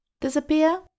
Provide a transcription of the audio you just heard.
Disappear